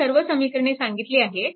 मी सर्व समीकरणे सांगितली आहेत